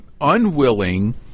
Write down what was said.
unwilling